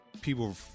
people